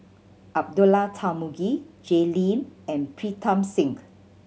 Abdullah Tarmugi Jay Lim and Pritam Singh